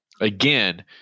Again